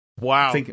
Wow